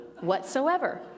whatsoever